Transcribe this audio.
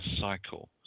cycle